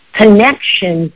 connection